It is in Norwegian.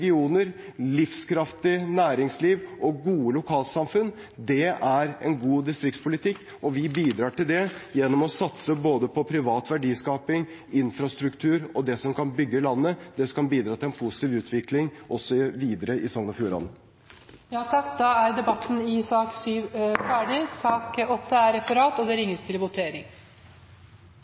livskraftig næringsliv og gode lokalsamfunn. Det er en god distriktspolitikk, og vi bidrar til det gjennom å satse på både privat verdiskaping, infrastruktur, det som kan bygge landet, og det som kan bidra til en positiv utvikling også videre i Sogn og Fjordane. Debatten i sak nr. 7 er dermed avsluttet. Da er Stortinget klar til å gå til votering. Under debatten er det